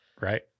Right